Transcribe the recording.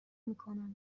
میکنم